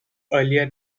earlier